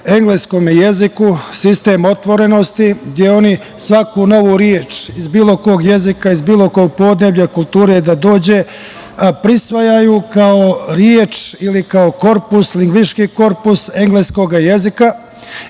engleskom jeziku – sistem otvorenosti, gde oni svaku novu reč, iz bilo kog jezika, iz bilo kog podneblja, kulture da dođe prisvajaju kao reč ili kao korpus, lingvistički korpus engleskog jezika